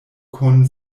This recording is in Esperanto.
kun